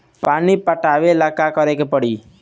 पानी पटावेला का करे के परी?